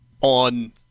on